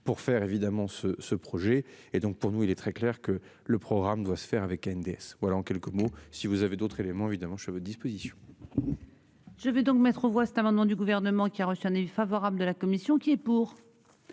pour faire évidemment ce ce projet et donc pour nous il est très clair que le programme doit se faire avec NDS. Voilà en quelques mots, si vous avez d'autres éléments, évidemment, je suis à votre disposition. Je vais donc mettre aux voix cet amendement du gouvernement qui a reçu un avis favorable de la commission qui est. Pour.